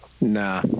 Nah